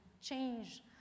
change